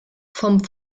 vom